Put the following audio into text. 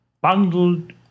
bundled